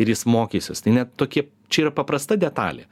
ir jis mokysis tai net tokie čia yra paprasta detalė